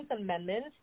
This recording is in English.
Amendment